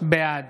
בעד